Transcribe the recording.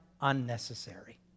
unnecessary